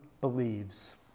believes